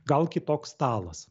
gal kitoks stalas